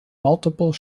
multiple